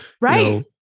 right